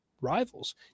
rivals